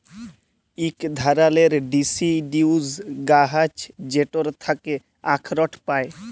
ইক ধারালের ডিসিডিউস গাহাচ যেটর থ্যাকে আখরট পায়